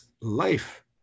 life